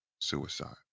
suicide